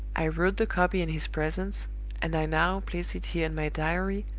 i wrote the copy in his presence and i now place it here in my diary,